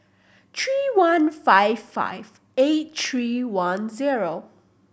three one five five eight three one zero